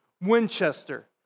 Winchester